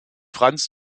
franz